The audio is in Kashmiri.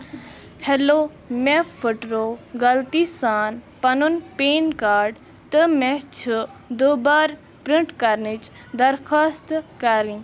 ہیٚلو مےٚ پھُٹرو غلطی سان پنُن پِن کارڈ تہٕ مےٚ چھُ دُبارٕ پرنٛٹ کَرنٕچ درخواست کَرٕنۍ